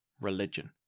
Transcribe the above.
religion